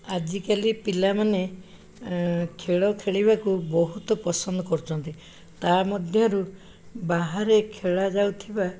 ଆଜିକାଲି ପିଲାମାନେ ଖେଳ ଖେଳିବାକୁ ବହୁତ ପସନ୍ଦ କରୁଛନ୍ତି ତା ମଧ୍ୟରୁ ବାହାରେ ଖେଳାଯାଉଥିବା